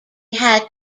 had